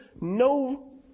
no